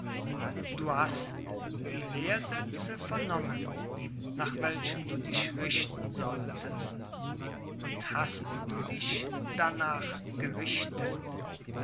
du hast die lehrsätze vernommen nach welchen du dich richten solltest und hast du dich darnach gerichtet